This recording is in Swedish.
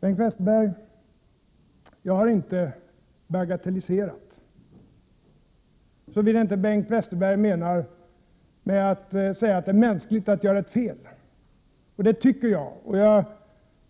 Bengt Westerberg, jag har inte bagatelliserat — såvida inte Bengt Westerberg menar att jag sade att det är mänskligt att göra ett fel. Det tycker jag nämligen. Jag